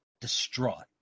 distraught